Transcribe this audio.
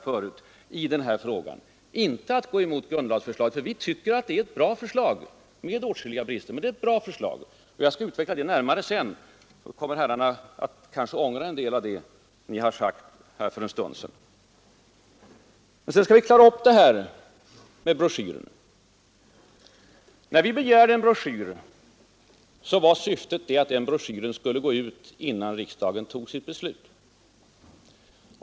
Vi går inte emot grundlagsförslaget, eftersom vi tycker att det är ett bra förslag — med åtskilliga brister, men ändå ett bra förslag. Jag skall utveckla det närmare sedan, och då kommer herrarna kanske att ångra en del av det ni sagt för en stund sedan. Sedan skall vi klara upp det här med broschyren. När vi begärde en broschyr var syftet att broschyren skulle gå ut innan riksdagen fattade sitt beslut.